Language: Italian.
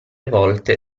volte